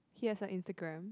he has a Instagram